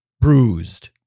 bruised